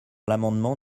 l’amendement